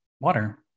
water